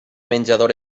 menjador